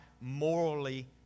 morally